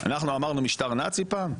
אנחנו אמרנו פעם "משטר נאצי"?